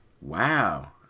Wow